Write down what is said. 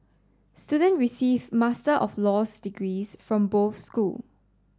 student receive Master of Laws degrees from both school